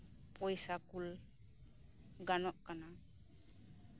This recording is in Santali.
ᱯᱚᱭᱥᱟ ᱠᱩᱞ ᱜᱟᱱᱚᱜ ᱠᱟᱱᱟ